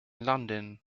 london